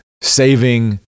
saving